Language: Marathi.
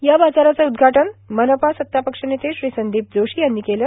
या बाजाराचं उद्घाटन मनपा सत्तापक्ष नेते श्री संदीप जोशी यांनी केलं